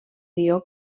guió